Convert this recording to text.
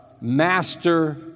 master